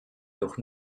doch